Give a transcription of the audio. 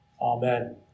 Amen